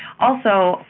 also,